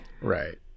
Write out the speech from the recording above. Right